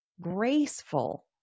graceful